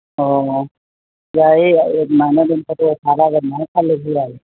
ꯑꯣ ꯌꯥꯏꯌꯦ ꯌꯥꯏꯌꯦ ꯑꯗꯨꯃꯥꯏꯅ ꯑꯗꯨꯝ ꯐꯣꯇꯣ ꯊꯥꯔꯛꯑꯒ ꯑꯗꯨꯃꯥꯏꯅ ꯈꯜꯂꯁꯨ ꯌꯥꯏꯌꯦ